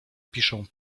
piszę